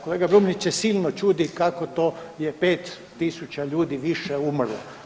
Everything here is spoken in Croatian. Kolega Brumnić se silno čudi kako to je 5.000 ljudi više umrlo.